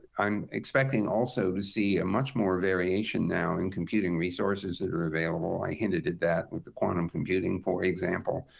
i'm expecting also to see a much more variation now in computing resources that are available. i hinted at that with the quantum computing, for example,